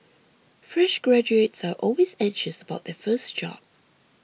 fresh graduates are always anxious about their first job